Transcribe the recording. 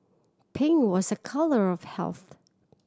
pink was a colour of health